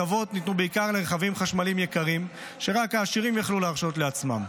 הטבות ניתנו בעיקר לרכבים חשמליים יקרים שרק העשירים יכלו להרשות לעצמם.